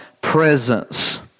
presence